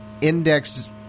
index